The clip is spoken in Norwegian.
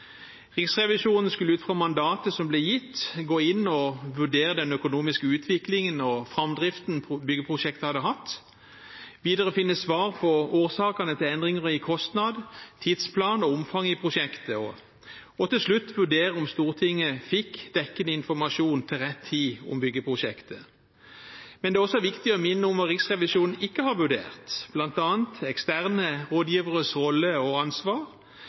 Riksrevisjonen skulle ut fra mandatet som ble gitt, gå inn og vurdere den økonomiske utviklingen og framdriften byggeprosjektet hadde hatt, videre finne svar på årsakene til endringer i kostnad, tidsplan og omfang i prosjektet og til slutt vurdere om Stortinget fikk dekkende informasjon til rett tid om byggeprosjektet. Men det er også viktig å minne om hva Riksrevisjonen ikke har vurdert, bl.a. eksterne rådgiveres rolle og ansvar